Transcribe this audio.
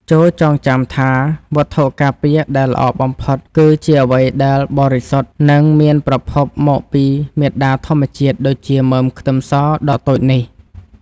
ចូរចងចាំថាវត្ថុការពារដែលល្អបំផុតគឺជាអ្វីដែលបរិសុទ្ធនិងមានប្រភពមកពីមាតាធម្មជាតិដូចជាមើមខ្ទឹមសដ៏តូចនេះ។